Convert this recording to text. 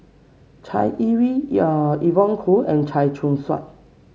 Chai Yee Wei Evon Kow and Chia Choo Suan